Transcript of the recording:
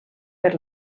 per